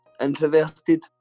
introverted